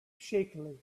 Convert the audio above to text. shakily